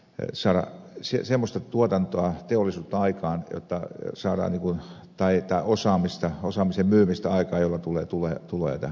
l sara sysimusta tuotanto lähti meidän pitää saada semmoista tuotantoa teollisuutta aikaan osaamista osaamisen myymistä aikaan jolla tulee tuloja tähän maahan